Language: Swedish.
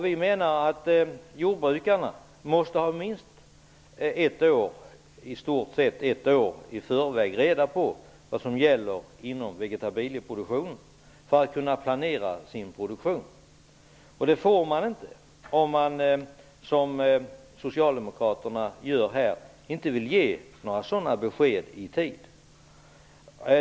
Vi menar att jordbrukarna i stort sett ett år i förväg måste ha reda på vad som gäller för vegetabilieproduktionen för att kunna planera sin produktion. Det får de inte om man, som socialdemokraterna här, inte vill ge några sådana besked i tid.